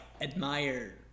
admire